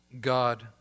God